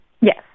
Yes